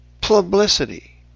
publicity